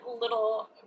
little